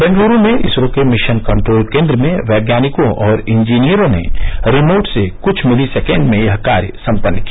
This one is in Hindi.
बेंगलुरू में इसरो के मिशन कन्ट्रोल केन्द्र में बैज्ञानिकों और इंजीनियरों ने रिमोट से कुछ मिली सेकेण्ड में यह कार्य सम्पन्न किया